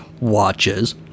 Watches